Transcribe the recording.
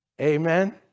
Amen